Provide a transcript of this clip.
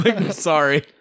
Sorry